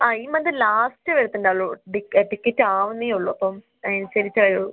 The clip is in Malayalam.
ആ ഈ മന്ത് ലാസ്റ്റ് വരത്തുണ്ടാകുവുള്ളു ടിക്കറ്റ് ആകുന്നതെ ഉള്ളൂ അപ്പം അത് അനുസരിച്ച് ഒരു